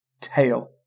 tail